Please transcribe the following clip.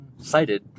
cited